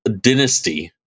Dynasty